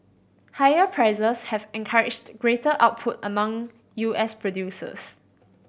higher prices have encouraged greater output among U S producers